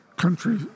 Country